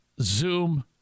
Zoom